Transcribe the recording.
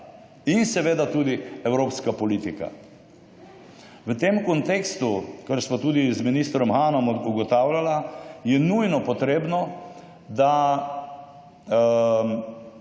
in seveda tudi evropska politika. V tem kontekstu, kar sva tudi z ministrom Hanom ugotavljala je nujno potrebno, da